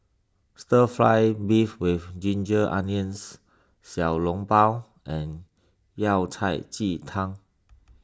Stir Fry Beef with Ginger Onions Xiao Long Bao and Yao Cai Ji Tang